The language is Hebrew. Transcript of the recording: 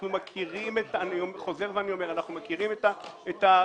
אני חוזר ואומר - אנחנו מכירים את המספרים